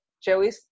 Joey